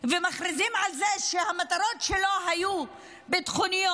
ומכריזים על זה שהמטרות שלו היו ביטחוניות,